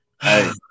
Hey